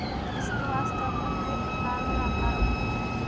squash का फल कई प्रकारों और आकारों में होता है